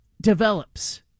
develops